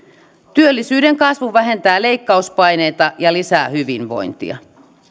työllisyyden kasvu vähentää leikkauspaineita ja lisää hyvinvointia